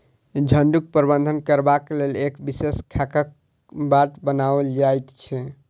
झुंडक प्रबंधन करबाक लेल एक विशेष खाकाक बाट बनाओल जाइत छै